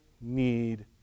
need